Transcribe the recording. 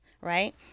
right